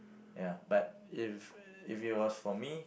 ya but if if it was for me